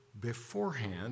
beforehand